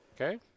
Okay